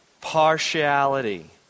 partiality